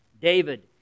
David